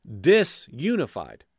disunified